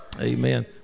Amen